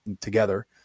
together